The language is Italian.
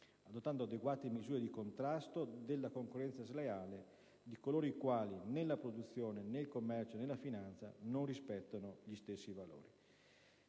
adottando adeguate misure di contrasto della concorrenza sleale di coloro i quali, nella produzione, nel commercio e nella finanza, non rispettano gli stessi valori.